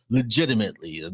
legitimately